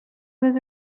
was